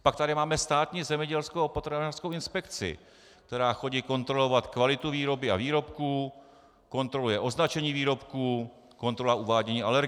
Pak tady máme Státní zemědělskou a potravinářskou inspekci, která chodí kontrolovat kvalitu výroby a výrobků, kontroluje označení výrobků, kontrola uvádění alergenů.